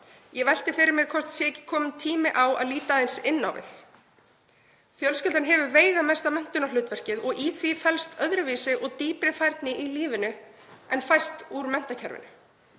Ég velti fyrir mér hvort ekki sé ekki kominn tími á að líta aðeins inn á við. Fjölskyldan hefur veigamesta menntunarhlutverkið og í því felst öðruvísi og dýpri færni í lífinu en fæst úr menntakerfinu.